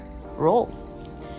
roll